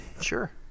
Sure